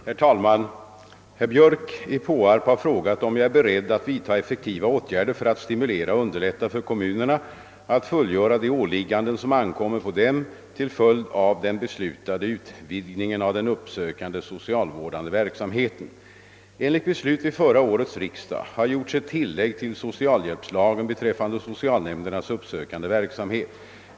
Herr talman! Herr Björk i Påarp har frågat, om jag är beredd att vidta effektiva åtgärder för att stimulera och underlätta för kommunerna att fullgöra de åligganden som ankommer på dem till följd av den beslutade utvidgningen av den uppsökande socialvårdande verksamheten. Enligt beslut vid förra årets riksdag har gjorts ett tillägg till socialhjälpslagen beträffande <socialnämndernas uppsökande verksamhet.